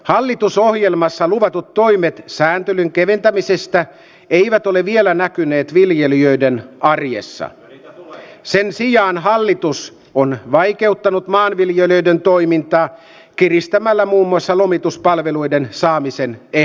hallitusohjelmassa luvatut toimet sääntelyn keventämisestä eivät ole vielä näkyneet viljelijöiden arjessa ja sen sijaan hallitus on vaikeuttanut maanviljelijöiden toimintaa kiristämällä muun muassa lomituspalveluiden saamiseen ei